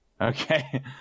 Okay